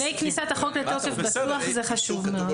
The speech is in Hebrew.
לפני כניסת החוק לתוקף, בטוח שזה חשוב מאוד.